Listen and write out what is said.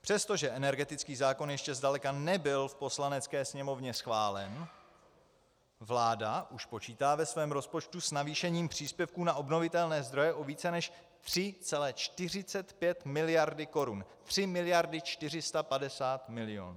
Přestože energetický zákon ještě zdaleka nebyl v Poslanecké sněmovně schválen, vláda už počítá ve svém rozpočtu s navýšením příspěvku na obnovitelné zdroje o více než 3,45 miliardy korun 3 miliardy 450 milionů.